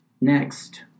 next